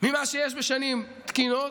ממה שיש בשנים תקינות.